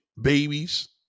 babies